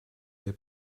the